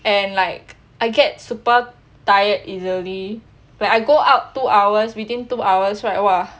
and like I get super tired easily like I go out two hours within two hours right !wah!